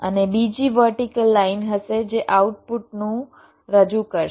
અને બીજી vertical line હશે જે આઉટપુટનું રજૂ કરશે